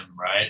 Right